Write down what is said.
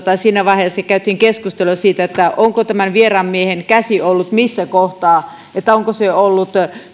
siinä vaiheessa käytiin keskustelua siitä onko tämän vieraan miehen käsi ollut missä kohtaa ja onko se ollut